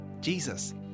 Jesus